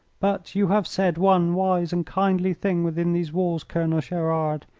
but you have said one wise and kindly thing within these walls, colonel gerard.